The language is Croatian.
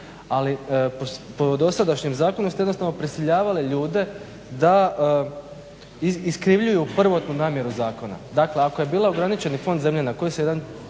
ali po dosadašnjem zakonu ste jednostavno prisiljavali ljude da iskrivljuju prvotnu namjeru zakona. Dakle, ako je bilo ograničeni fond zemlje